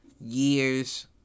years